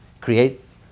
Creates